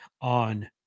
On